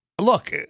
look